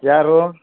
ಯಾರು